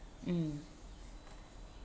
um